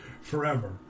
forever